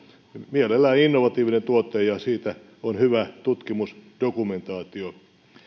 mielellään innovatiivinen tuote josta on hyvä tutkimusdokumentaatio